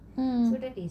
mm